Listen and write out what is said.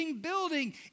building